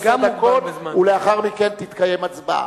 עשר דקות, ולאחר מכן תתקיים הצבעה.